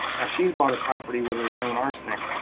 now she's bought a property where there's known arsenic.